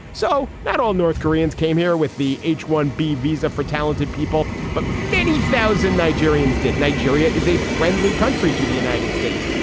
so that all north koreans came here with the h one b visa for talented people. but many thousand nigerians did. nigeria is a friendly country to the united states.